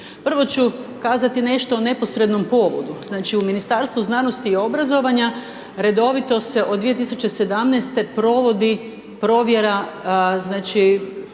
Prvo ću kazati nešto o neposrednom povodu, znači u Ministarstvu znanosti i obrazovanja redovito se od 2017. provodi provjera